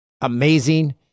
amazing